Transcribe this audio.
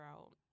out